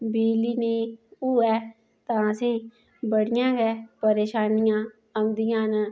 बिजली नेईं होऐ तां असें बड़ियां गै परेशानियां औंदियां न